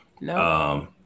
No